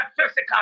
physical